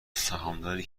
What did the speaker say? سهامداری